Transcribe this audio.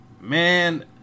Man